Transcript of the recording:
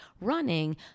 running